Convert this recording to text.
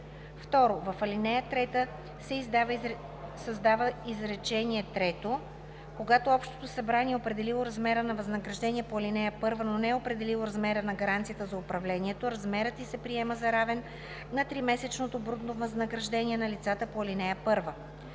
2. В ал. 3 се създава изречение трето: „Когато общото събрание е определило размер на възнаграждение по ал. 1, но не е определило размер на гаранцията за управлението, размерът ѝ се приема за равен на тримесечното брутно възнаграждение на лицата по ал. 1.“